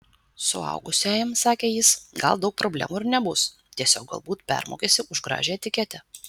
suaugusiajam sakė jis gal daug problemų ir nebus tiesiog galbūt permokėsi už gražią etiketę